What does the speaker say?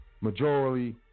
majority